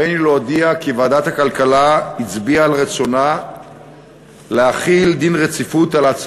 הריני להודיע כי ועדת הכלכלה הצביעה על רצונה להחיל דין רציפות על: